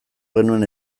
genuen